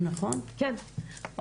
כן,